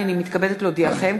הנני מתכבדת להודיעכם,